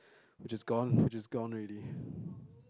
which is gone which is gone already